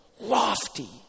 Lofty